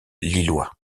lillois